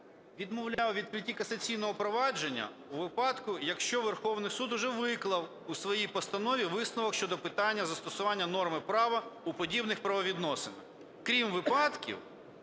відмовляв у відкритті касаційного провадження у випадку, якщо Верховний Суд уже виклав у своїй постанові висновок щодо питання застосування норми права у подібних правовідносинах, крім випадків,